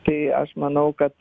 tai aš manau kad